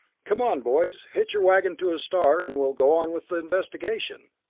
come on, boys, hitch your wagon to a star, and we'll go on with the investigation.